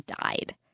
died